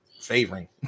favoring